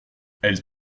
elle